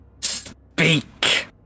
Speak